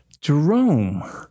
Jerome